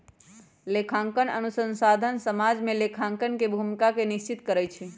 लेखांकन अनुसंधान समाज में लेखांकन के भूमिका के निश्चित करइ छै